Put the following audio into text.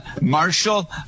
Marshall